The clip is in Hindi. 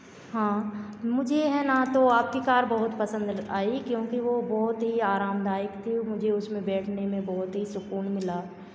हाँ मुझे है ना तो आपकी कार बहुत पसंद आयी क्योंकि वो बहुत ही आरामदायक थी मुझे उसमें बैठने में बहुत ही सुकून मिला